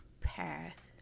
path